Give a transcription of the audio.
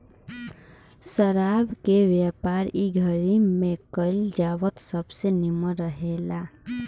शराब के व्यापार इ घड़ी में कईल जाव त सबसे निमन रहेला